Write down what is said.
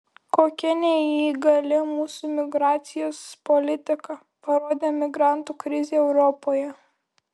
kokia neįgali mūsų migracijos politika parodė migrantų krizė europoje